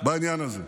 בעניין הזה.